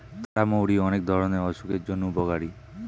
তারা মৌরি অনেক ধরণের অসুখের জন্য উপকারী